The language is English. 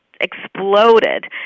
exploded